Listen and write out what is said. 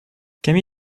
cami